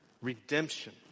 redemption